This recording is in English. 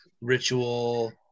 ritual